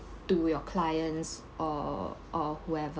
to your clients or or whoever